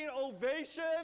ovation